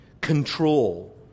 control